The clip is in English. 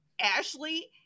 Ashley